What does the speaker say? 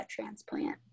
transplant